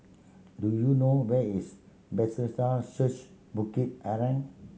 do you know where is Bethesda Church Bukit Arang